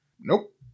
Nope